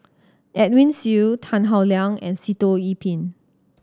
Edwin Siew Tan Howe Liang and Sitoh Yih Pin